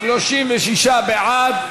36 בעד.